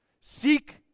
Seek